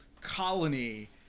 colony